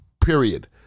Period